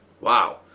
Wow